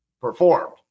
performed